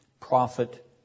prophet